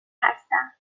هستم